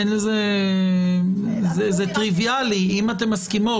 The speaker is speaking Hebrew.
זה טריוויאלי, אם אתן מסכימות.